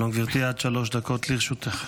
שלום, גברתי, עד שלוש דקות לרשותך.